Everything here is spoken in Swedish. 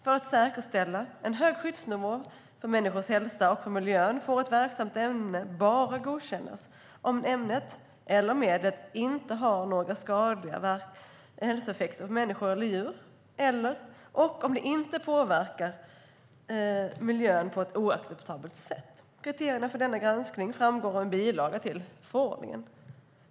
För att säkerställa en hög skyddsnivå för människors hälsa och miljön får ett verksamt ämne bara godkännas om ämnet eller medlet inte har några skadliga hälsoeffekter på människor eller djur och om det inte påverkar miljön på ett oacceptabelt sätt. Kriterierna för den granskningen framgår av en bilaga till förordningen.